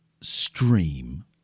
stream